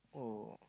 oh